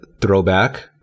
throwback